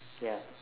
ya